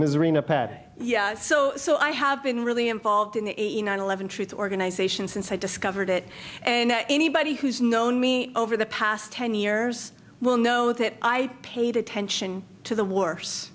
ms arena pat yeah so so i have been really involved in the eighty nine eleven truth organization since i discovered it and anybody who's known me over the past ten years will know that i paid attention to the wors